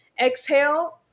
exhale